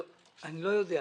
לא יודע למה.